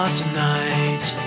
tonight